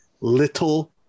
little